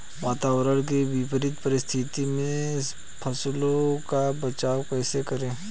वातावरण की विपरीत परिस्थितियों में फसलों का बचाव कैसे करें?